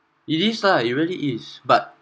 it is lah it really is but